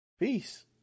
Peace